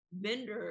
vendor